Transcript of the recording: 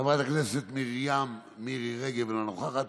חברת הכנסת מרים מירי רגב, אינה נוכחת,